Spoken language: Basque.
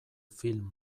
film